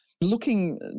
looking